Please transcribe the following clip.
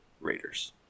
Raiders